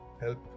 help